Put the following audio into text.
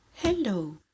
Hello